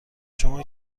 شما